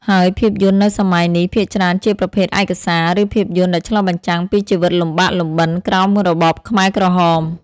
ហើយភាពយន្តនៅសម័យនេះ ភាគច្រើនជាប្រភេទឯកសារ ឬភាពយន្តដែលឆ្លុះបញ្ចាំងពីជីវិតលំបាកលំបិនក្រោមរបបខ្មែរក្រហម។